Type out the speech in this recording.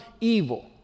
evil